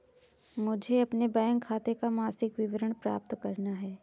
मुझे अपने बैंक खाते का मासिक विवरण प्राप्त करना है?